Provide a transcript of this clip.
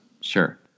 Sure